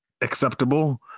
acceptable